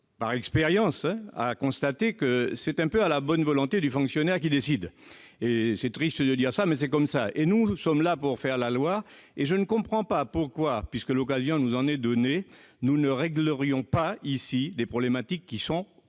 d'expérience, je sais que c'est un peu à la bonne volonté du fonctionnaire qui décide- c'est triste à dire, mais c'est ainsi. Nous sommes là pour faire la loi, et je ne comprends pas pourquoi, puisque l'occasion nous en est donnée, nous ne réglerions pas les problèmes de flou.